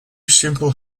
simple